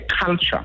culture